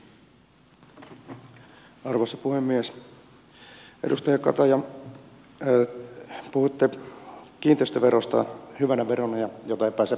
edustaja kataja puhuitte kiinteistöverosta hyvänä verona jota ei pääse karkuun